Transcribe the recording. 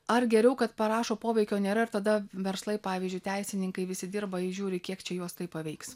ar geriau kad parašo poveikio nėra ir tada verslai pavyzdžiui teisininkai visi dirba įžiūri kiek čia juos tai paveiks